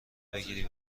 بگیری